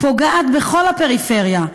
פוגעת בכל הפריפריה,